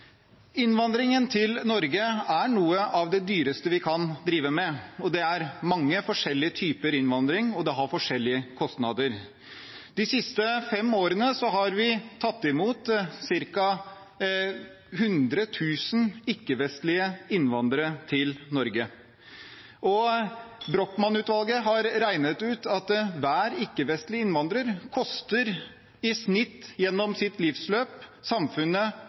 Innvandringen til Norge er noe av det dyreste vi kan drive med. Det er mange forskjellige typer innvandring, og de har forskjellige kostnader. De siste fem årene har vi tatt imot ca. 100 000 ikke-vestlige innvandrere til Norge. Brochmann-utvalget har regnet ut at hver ikke-vestlige innvandrer i snitt gjennom sitt livsløp koster samfunnet